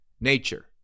Nature